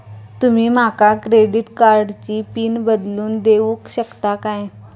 तुमी माका क्रेडिट कार्डची पिन बदलून देऊक शकता काय?